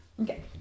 Okay